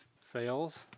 fails